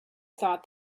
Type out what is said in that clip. thought